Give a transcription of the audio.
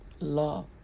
Love